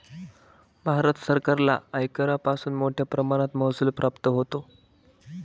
भारत सरकारला आयकरापासून मोठया प्रमाणात महसूल प्राप्त होतो